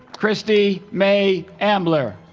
christy mae ambler